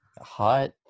Hot